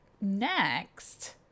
next